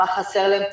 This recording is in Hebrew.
מה חסר להם,